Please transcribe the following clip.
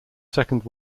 second